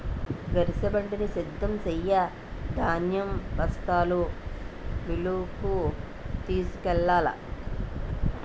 గరిసెబండిని సిద్ధం సెయ్యు ధాన్యం బస్తాలు మిల్లుకు తోలుకెల్లాల